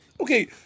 Okay